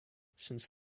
since